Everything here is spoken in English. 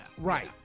Right